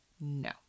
No